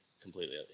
completely